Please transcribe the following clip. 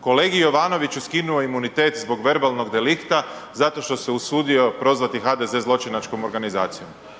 kolegi Jovanoviću skinuo imunitet zbog verbalnog delikta zato što se usudio prozvati HDZ zločinačkom organizacijom